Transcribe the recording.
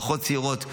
משפחות צעירות,